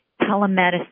telemedicine